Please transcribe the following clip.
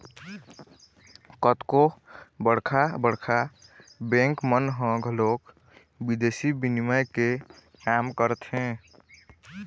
कतको बड़का बड़का बेंक मन ह घलोक बिदेसी बिनिमय के काम करथे